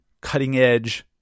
cutting-edge